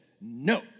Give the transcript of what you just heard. no